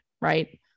right